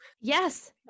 Yes